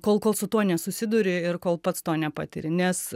kol kol su tuo nesusiduri ir kol pats to nepatiri nes